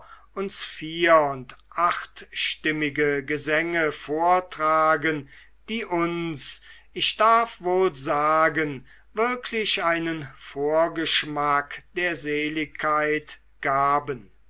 uns vier und achtstimmige gesänge vortragen die uns ich darf wohl sagen wirklich einen vorschmack der seligkeit gaben